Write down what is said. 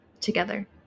together